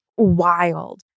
wild